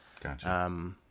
Gotcha